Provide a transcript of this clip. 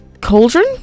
cauldron